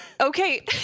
Okay